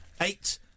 Eight